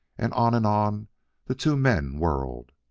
and on and on the two men whirled.